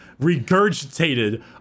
regurgitated